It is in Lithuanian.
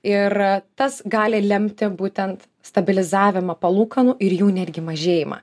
ir tas gali lemti būtent stabilizavimą palūkanų ir jų netgi mažėjimą